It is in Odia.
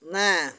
ନା